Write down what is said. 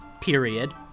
period